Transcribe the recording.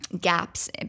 gaps